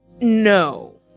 No